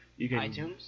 iTunes